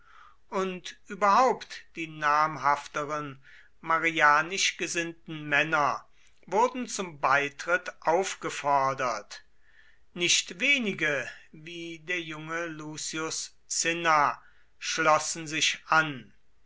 und überhaupt die namhafteren marianisch gesinnten männer wurden zum beitritt aufgefordert nicht wenige wie der junge lucius cinna schlossen sich an